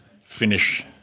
finish